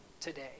today